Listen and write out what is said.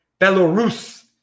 Belarus